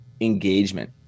engagement